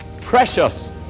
Precious